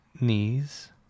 knees